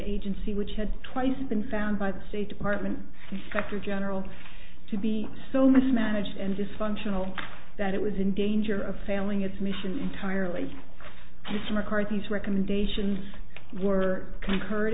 agency which had twice been found by the state department sector general to be so mismanaged and dysfunctional that it was in danger of failing its mission entirely its mccarthys recommendations were concurred